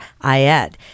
Ayed